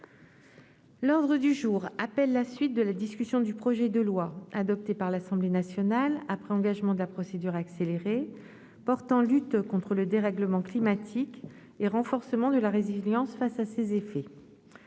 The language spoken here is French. L'ordre du jour appelle la suite de la discussion du projet de loi, adopté par l'Assemblée nationale après engagement de la procédure accélérée, portant lutte contre le dérèglement climatique et renforcement de la résilience face à ses effets